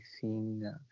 seeing